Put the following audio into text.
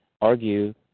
argue